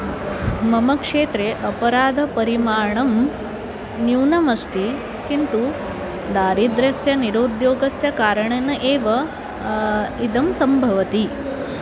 मम क्षेत्रे अपराधपरिमाणं न्यूनमस्ति किन्तु दारिद्रस्य निरोद्योगस्य कारणेन एव इदं सम्भवति